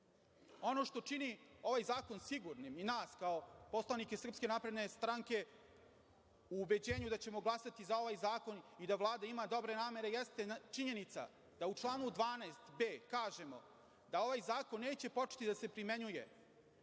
što čini ovaj zakon sigurnim i nas kao poslanika SNS u ubeđenju da ćemo glasati za ovaj zakon i da Vlada ima dobre namere, jeste činjenica da u članu 12b kažemo da ovaj zakon neće početi da se primenjuje